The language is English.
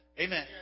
Amen